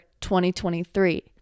2023